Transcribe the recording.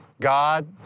God